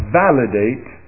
validate